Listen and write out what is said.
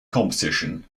competition